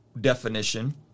definition